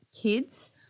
kids